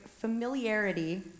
familiarity